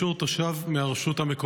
השרה.